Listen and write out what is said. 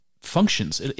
functions